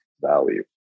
value